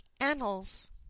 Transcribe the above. annals